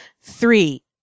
Three